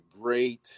great